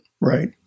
right